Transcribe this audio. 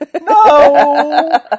No